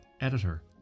editor